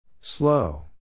Slow